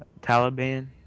Taliban